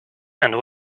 and